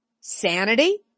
Sanity